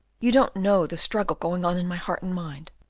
you don't know the struggle going on in my heart and mind.